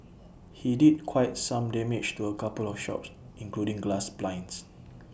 he did quite some damage to A couple of shops including glass blinds